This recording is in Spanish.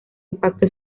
impacto